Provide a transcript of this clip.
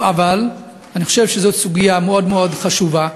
אני חושב שזאת סוגיה מאוד מאוד חשובה.